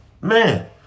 Man